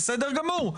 בסדר גמור.